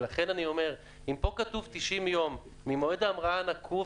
ולכן אני אומר: אם פה כתוב 90 יום ממועד ההמראה הנקוב,